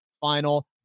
final